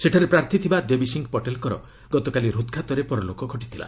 ସେଠାରେ ପ୍ରାର୍ଥୀ ଥିବା ଦେବୀ ସିଂ ପଟେଲ୍ଙ୍କର ଗତକାଲି ହୃଦ୍ଘାତରେ ପରଲୋକ ଘଟିଥିଲା